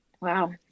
wow